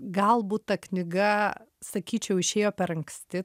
galbūt ta knyga sakyčiau išėjo per anksti